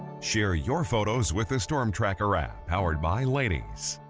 share your photos with the storm tracker app powered by laneys.